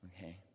okay